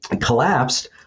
collapsed